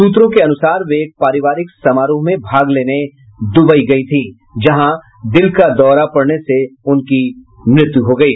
सूत्रों के अनुसार वे एक पारिवारिक समारोह में भाग लेने दुबई गई थीं जहां दिल का दौरा से उनकी मृत्यु हो गयी